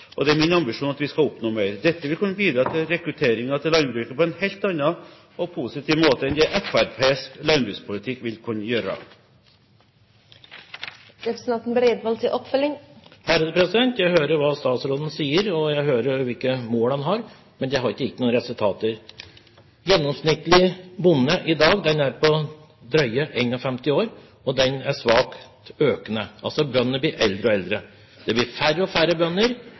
og det er min ambisjon at vi skal oppnå mer. Dette vil kunne bidra til rekrutteringen til landbruket på en helt annen og positiv måte enn Fremskrittspartiets landbrukspolitikk vil kunne gjøre. Jeg hører hva statsråden sier, og jeg hører hvilke mål han har, men det har ikke gitt noen resultater. Gjennomsnittlig alder på bønder er i dag drøye 51 år, og den er svakt økende. Altså: Bøndene blir eldre og eldre. Det blir færre og færre bønder,